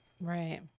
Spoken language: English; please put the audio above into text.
Right